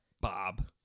bob